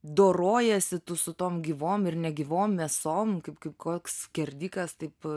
dorojiesi tu su tom gyvom ir negyvom mėsom kaip kaip koks skerdikas taip